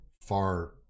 far